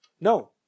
No